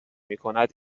میکند